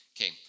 Okay